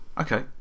Okay